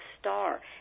star